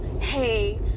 hey